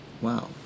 Wow